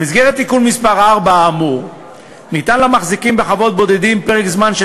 במסגרת תיקון מס' 4 האמור ניתן למחזיקים בחוות בודדים פרק זמן של